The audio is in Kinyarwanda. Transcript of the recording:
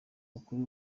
mukuru